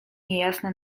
niejasno